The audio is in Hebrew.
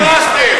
ואתם הרסתם.